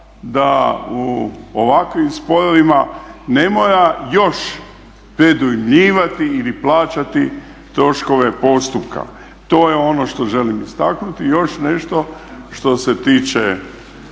da u ovakvim sporovima ne mora još predujmljivati ili plaćati troškove postupka. To je ono što želim istaknuti. I još nešto što se tiče